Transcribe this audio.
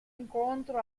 incontro